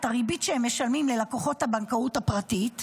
הריבית שמשלמים ללקוחות הבנקאות הפרטית המסחריים,